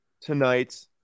tonight